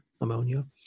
ammonia